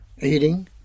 eating